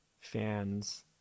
fans